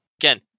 again